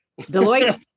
Deloitte